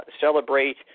celebrate